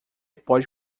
pode